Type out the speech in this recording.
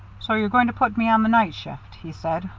so you're going to put me on the night shift, he said,